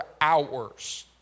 hours